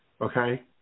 Okay